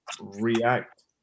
react